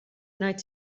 united